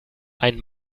ein